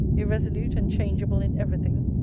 irresolute and changeable in every thing,